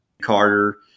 Carter